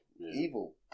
Evil